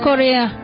Korea